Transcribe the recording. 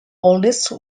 oldest